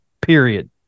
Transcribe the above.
Period